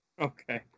Okay